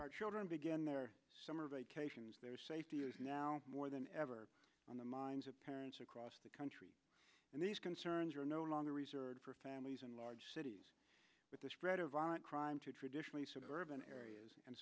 our children began their summer vacations their safety is now more than ever on the minds of parents across the country and these concerns are no longer reserved for families in large cities with the spread of violent crime to traditionally suburban areas and